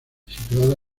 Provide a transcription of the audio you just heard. situada